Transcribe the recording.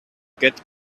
get